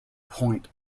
point